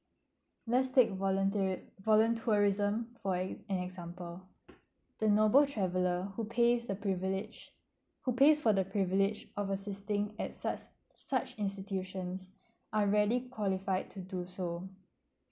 let's take voluntari~ voluntourism for a an example the nobel traveller who pays the privilege who pays for the privilege of existing as such such institutions are rarely qualified to do so